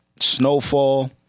Snowfall